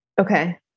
Okay